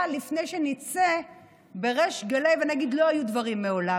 לפני שנצא בריש גלי ונגיד שלא היו דברים מעולם,